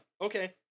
Okay